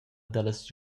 dallas